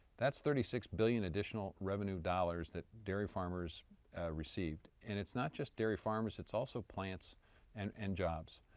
that is thirty six billion dollars additional revenue dollars that dairy farmers receive and it's not just dairy farmers, it's also plants and and jobs.